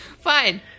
Fine